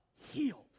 Healed